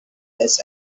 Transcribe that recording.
this